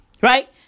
Right